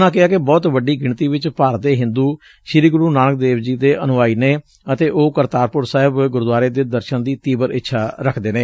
ਉਨ੍ਹਾਂ ਕਿਹੈ ਕਿ ਬਹੁਤ ਵੱਡੀ ਗਿਣਤੀ ਵਿਚ ਭਾਰਤ ਦੇ ਹਿੰਦੂ ਸ੍ਰੀ ਗੁਰੂ ਨਾਨਕ ਦੇਵ ਜੀ ਦੇ ਅਨੁਆਈ ਨੇ ਅਤੇ ਉਹ ਕਰਤਾਰਪੁਰ ਸਾਹਿਬ ਗੁਰਦੁਆਰੇ ਦੇ ਦਰਸਨ ਦੀ ਤੀਬਰ ਇੱਛਾ ਰੱਖਦੇ ਨੇ